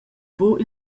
buc